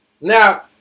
Now